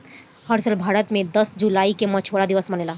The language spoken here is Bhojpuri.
हर साल भारत मे दस जुलाई के मछुआरा दिवस मनेला